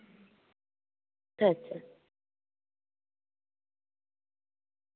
ᱟᱪᱪᱷᱟ